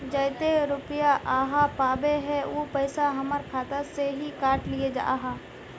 जयते रुपया आहाँ पाबे है उ पैसा हमर खाता से हि काट लिये आहाँ?